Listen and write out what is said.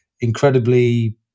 incredibly